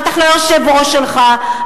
בטח לא יושב-ראש שלך,